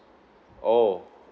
oh